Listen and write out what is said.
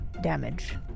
damage